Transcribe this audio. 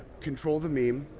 control the meme,